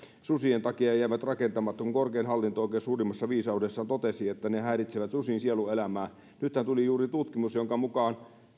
susien takia jäivät rakentamatta kun korkein hallinto oikeus suurimmassa viisaudessaan totesi että ne häiritsevät susien sielunelämää nythän tuli juuri tutkimus jonka mukaan